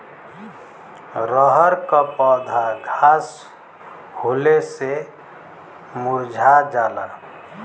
रहर क पौधा घास होले से मूरझा जाला